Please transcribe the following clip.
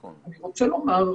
אני רוצה לומר,